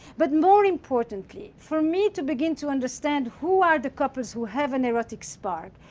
but more importantly, for me to begin to understand who are the couples who have an erotic spark,